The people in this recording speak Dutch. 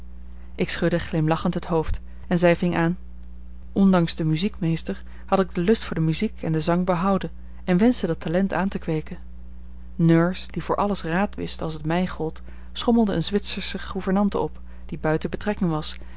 ik schudde glimlachend het hoofd en zij ving aan ondanks den muziekmeester had ik den lust voor de muziek en den zang behouden en wenschte dat talent aan te kweeken nurse die voor alles raad wist als het mij gold schommelde eene zwitsersche gouvernante op die buiten betrekking was